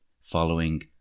following